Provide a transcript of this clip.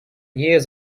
years